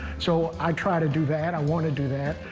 so i try to do that. i want to do that.